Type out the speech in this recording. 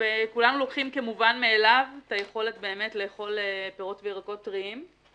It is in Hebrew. כולנו לוקחים כמובן מאליו את היכולת באמת לאכול פירות וירקות טריים,